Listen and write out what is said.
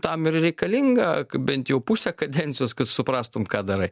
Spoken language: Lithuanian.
tam ir reikalinga bent jau pusę kadencijos kad suprastum ką darai